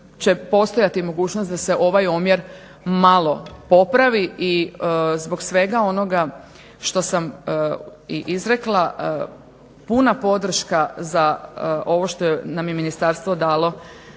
postojati mogućnost da se ovaj omjer malo popravi i zbog svega onoga što sam i izrekla puna podrška za ovo što nam je ministarstvo dalo